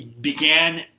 began